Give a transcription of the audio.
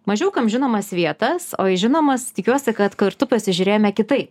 mažiau kam žinomas vietas o į žinomas tikiuosi kad kartu pasižiūrėjome kitaip